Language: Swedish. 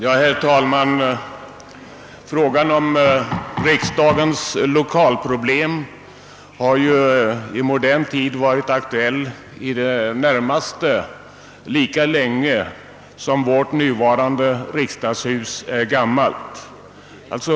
Herr talman! Frågan om riksdagens lokalproblem har ju i modern tid varit aktuell i det närmaste lika länge som vårt nuvarande riksdagshus har funnits.